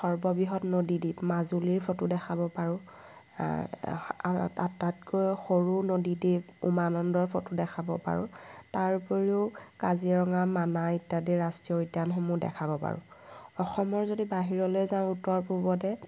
সৰ্ববৃহৎ নদীদ্বীপ মাজুলিৰ ফটো দেখাব পাৰোঁ আটাইতকৈ সৰু নদীদ্বীপ উমানন্দৰ ফটো দেখাব পাৰোঁ তাৰ উপৰিও কাজিৰঙা মানাহ ইত্যাদি ৰাষ্ট্ৰীয় উদ্যানসমূহ দেখাব পাৰোঁ অসমৰ যদি বাহিৰলৈ যাওঁ উত্তৰ পূবতে